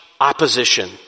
opposition